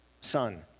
son